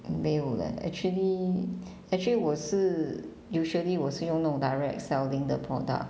没有 leh actually actually 我是 usually 我是用那种 direct selling 的 product